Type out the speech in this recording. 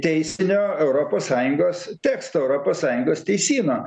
teisinio europos sąjungos teksto europos sąjungos teisyno